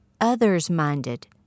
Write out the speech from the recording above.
others-minded